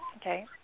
Okay